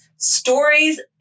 Stories